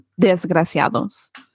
desgraciados